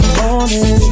morning